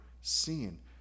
seen